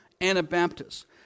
Anabaptists